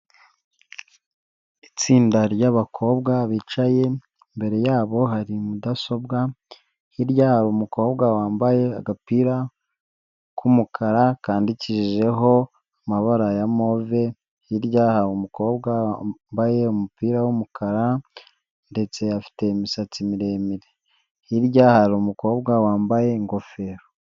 Itsinda ry'abakobwa bicaye, imbere yabo hari mudasobwa, hirya hari umukobwa wambaye agapira k'umukara, kandikishijeho amabara ya move, hirya hari umukobwa wambaye umupira w'umukara, ndetse afite imisatsi miremire. Hirya hari umukobwa wambaye ingofero.